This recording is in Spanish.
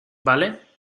vale